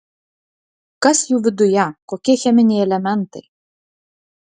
kas jų viduje kokie cheminiai elementai